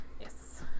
Yes